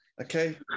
Okay